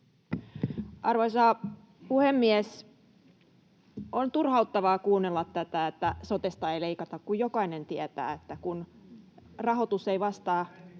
Arvoisa puhemies! On turhauttavaa kuunnella tätä, että sotesta ei leikata, kun jokainen tietää, että kun rahoitus ei vastaa